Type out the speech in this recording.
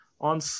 on